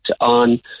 on